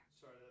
Sorry